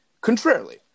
Contrarily